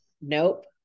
Nope